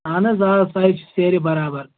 اَہن حظ آ سۄے چھِ سیرِ برابر